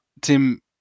Tim